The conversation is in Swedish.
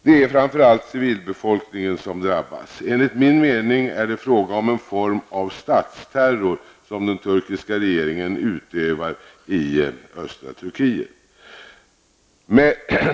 Det är framför allt civilbefolkningen som drabbas. Enligt min mening är det en form av statsterror som den turkiska regeringen utövar i östra Turkiet.